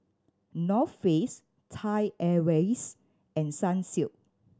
North Face Thai Airways and Sunsilk